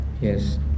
Yes